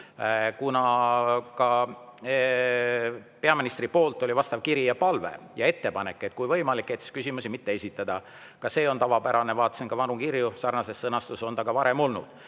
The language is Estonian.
kuna peaministril oli vastav kiri ja palve ja ettepanek –, et kui võimalik, siis küsimusi mitte esitada. Ka see on tavapärane, vaatasin vanu kirju, sarnases sõnastuses on see ka varem olnud.